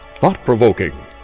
thought-provoking